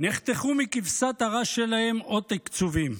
נחתכו מכבשת הרש שלהם עוד תקציבים.